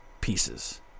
pieces